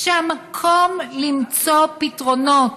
המקום למצוא פתרונות